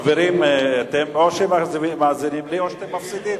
חברים, או שאתם מאזינים לי או שאתם מפסידים.